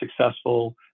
successful